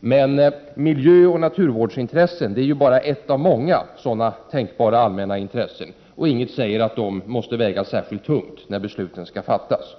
men miljöoch naturvårdsintresset är bara ett av många sådana tänkbara allmänna intressen — och inget säger att de måste väga särskilt tungt när besluten skall fattas. Prot.